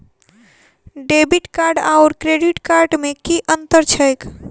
Debit card आओर credit card मे की अन्तर छैक?